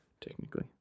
Technically